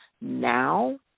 now